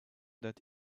that